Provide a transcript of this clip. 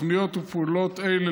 תוכניות ופעולות אלו,